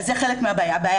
זה חלק מהבעיה.